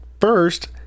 first